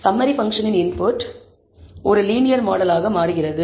summary பங்க்ஷனின் input ஒரு linear மாடலாக மாறுகிறது